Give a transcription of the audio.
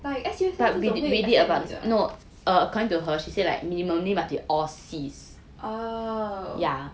but S_U_S_S 这种会 accept 你的 oh